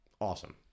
awesome